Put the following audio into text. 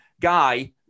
guy